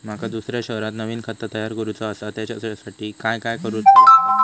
माका दुसऱ्या शहरात नवीन खाता तयार करूचा असा त्याच्यासाठी काय काय करू चा लागात?